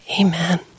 amen